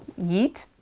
yeet.